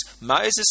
Moses